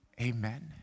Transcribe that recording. Amen